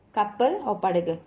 கப்பல்:kappal or படகு:padagu